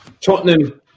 Tottenham